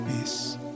peace